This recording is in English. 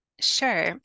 Sure